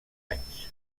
anys